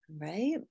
Right